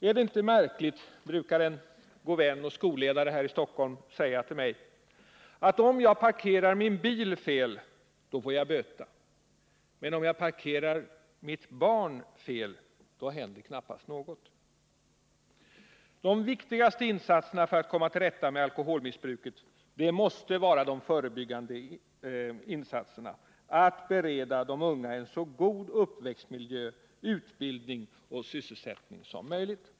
Är det inte märkligt, brukar en god vän och skolledare här i Stockholm säga till mig, om jag parkerar min bil fel får jag böta, men om jag parkerar mitt barn fel händer knappast någonting. De viktigaste insatserna för att komma till rätta med alkoholmissbruket 89 måste vara de förebyggande insatserna att bereda de unga så god uppväxtmiljö, utbildning och sysselsättning som möjligt.